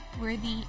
worthy